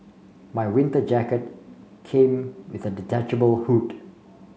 my winter jacket came with a detachable hood